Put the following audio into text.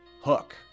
Hook